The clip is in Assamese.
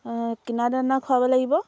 কিনা দানা খুৱাব লাগিব